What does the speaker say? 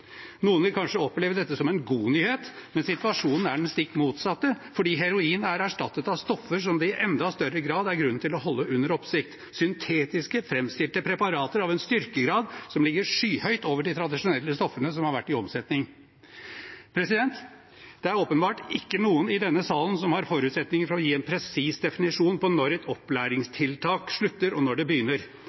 Noen vil kanskje oppleve dette som en god nyhet, men situasjonen er det stikk motsatte fordi heroin er erstattet av stoffer som det i enda større grad er grunn til å holde under oppsikt – syntetisk framstilte preparater av en styrkegrad som ligger skyhøyt over de tradisjonelle stoffene som har vært i omsetning. Det er åpenbart ikke noen i denne salen som har forutsetninger for å gi en presis definisjon på når et opplæringstiltak slutter, og når det begynner.